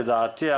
לדעתי,